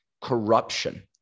corruption